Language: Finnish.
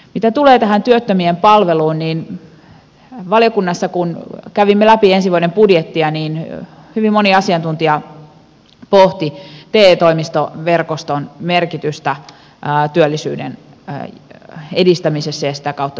mitä tulee tähän työttömien palveluun niin valiokunnassa kun kävimme läpi ensi vuoden budjettia hyvin moni asiantuntija pohti te toimistoverkoston merkitystä työllisyyden edistämisessä ja sitä kautta työttömyyden hoidossa